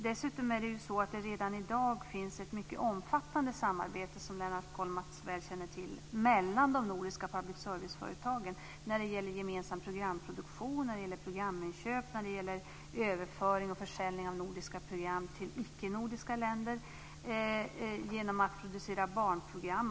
Redan i dag finns det dessutom ett mycket omfattande samarbete, som Lennart Kollmats väl känner till, mellan de nordiska public serviceföretagen när det gäller gemensam programproduktion, programinköp, överföring och försäljning av nordiska program till icke nordiska länder genom att producera barnprogram.